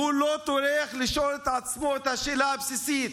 הוא לא טורח לשאול את עצמו את השאלה הבסיסית,